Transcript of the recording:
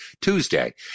Tuesday